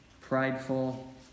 prideful